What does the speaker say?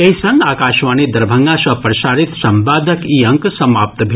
एहि संग आकाशवाणी दरभंगा सँ प्रसारित संवादक ई अंक समाप्त भेल